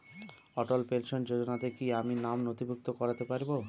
অটল pension যোজনাতে কি আমি নাম নথিভুক্ত করতে পারবো?